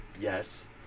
yes